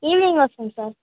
evening వస్తాను sir